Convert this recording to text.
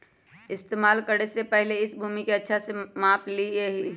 इस्तेमाल करे से पहले इस भूमि के अच्छा से माप ली यहीं